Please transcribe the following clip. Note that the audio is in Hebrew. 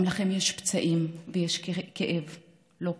גם לכם יש פצעים וכאב לא פחות.